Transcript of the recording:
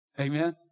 Amen